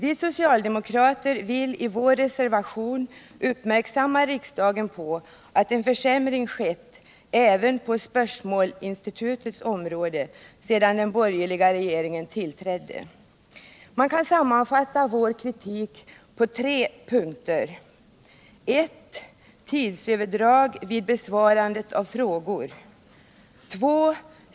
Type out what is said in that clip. Vi socialdemokrater vill i vår reservation uppmärksamma riksdagen på att en försämring skett även på spörsmålsinstitutets område sedan den borgerliga regeringen tillträdde. Man kan sammanfatta vår kritik i tre punkter. 2.